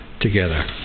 together